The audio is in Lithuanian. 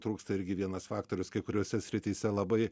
trūksta irgi vienas faktorius kai kuriose srityse labai